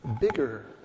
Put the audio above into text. bigger